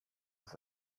ist